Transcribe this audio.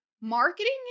marketing